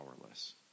powerless